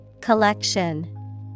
Collection